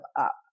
up